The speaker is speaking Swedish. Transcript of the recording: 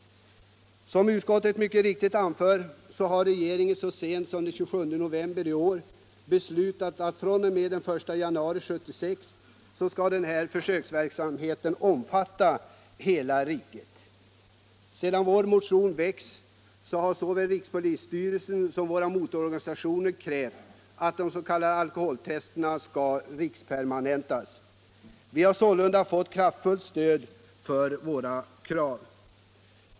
Som utskottet mycket riktigt anför har regeringen så sent som den 27 november i år beslutat att den här försöksverksamheten fr.o.m. den 1 januari 1976 skall omfatta hela riket. Sedan vår motion väcktes har såväl rikspolisstyrelsen som motororganisationerna krävt att alkotesten skall permanentas och bli riksomfattande. Vi har sålunda fått ett kraftfullt stöd för våra krav.